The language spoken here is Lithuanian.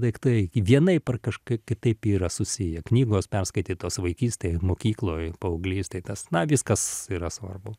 daiktai vienaip ar kažkaip kitaip yra susiję knygos perskaitytos vaikystėj mokykloj paauglystėj tas na viskas yra svarbu